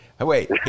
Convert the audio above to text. Wait